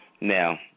Now